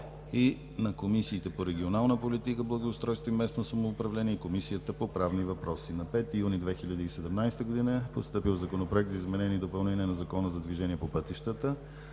и на Комисията по регионална политика, благоустройство и местно самоуправление и на Комисията по правни въпроси. На 5 юли 2017 г. е постъпил Законопроект за изменение и допълнение на Закона за движение по пътищата